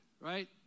Right